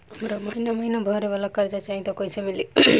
हमरा महिना महीना भरे वाला कर्जा चाही त कईसे मिली?